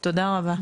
תודה רבה.